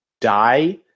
die